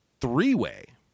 three-way